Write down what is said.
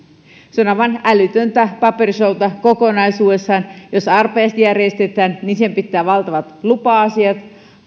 on aivan älytöntä paperishowta kokonaisuudessaan jos arpajaiset järjestetään niin pitää valtavat lupa asiat